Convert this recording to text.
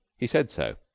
he said so.